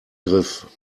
griff